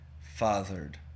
fathered